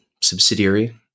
subsidiary